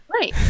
right